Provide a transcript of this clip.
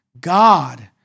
God